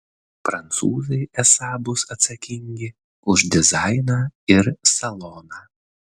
prancūzai esą bus atsakingi už dizainą ir saloną